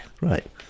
right